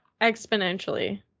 Exponentially